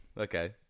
Okay